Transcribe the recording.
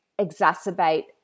exacerbate